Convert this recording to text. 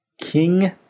king